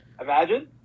Imagine